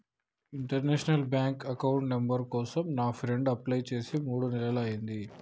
international bank account number కోసం నా friend apply చేసి మూడు నెలలయ్యింది